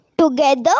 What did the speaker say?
Together